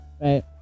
right